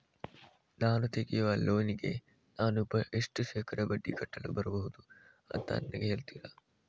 ನಾನು ತೆಗಿಯುವ ಲೋನಿಗೆ ನಾನು ಎಷ್ಟು ಶೇಕಡಾ ಬಡ್ಡಿ ಕಟ್ಟಲು ಬರ್ಬಹುದು ಅಂತ ನನಗೆ ಹೇಳ್ತೀರಾ?